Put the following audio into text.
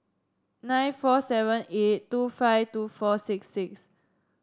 nine four seven eight two five two four six six